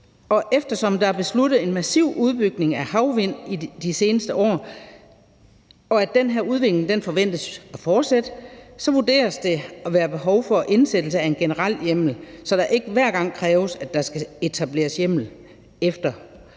og eftersom der er blevet besluttet en massiv udbygning af havvindmølleparker i de seneste år og den her udvikling forventes at fortsætte, så vurderes der at være behov for indsættelse af en generel hjemmel, så det ikke hver gang kræves, at der skal etableres hjemmel efter